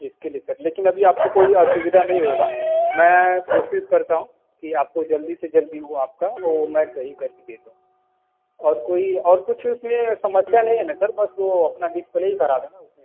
इसके लिए सर लेकिन अभी आपको कोई असुविधा नहीं होएगा मैं कोशिश करता हूँ कि आपको जल्दी से जल्दी वो आपका वो मैं सही कर के दे दूँ और कोई और कुछ उसमें समस्या नहीं है ना सर बस वो अपना डिस्प्ले ही ख़राब है ना उसमें